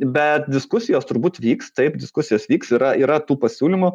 bet diskusijos turbūt vyks taip diskusijos vyks yra yra tų pasiūlymų